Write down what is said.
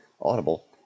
Audible